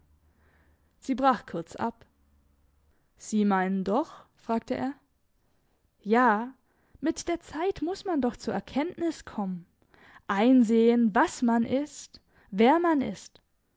na sie brach kurz ab sie meinen doch fragte er ja mit der zeit muss man doch zur erkenntnis kommen einsehen was man ist wer man ist